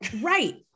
Right